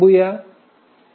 Thank you